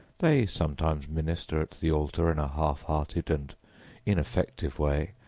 they sometimes minister at the altar in a half-hearted and ineffective way,